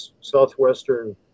Southwestern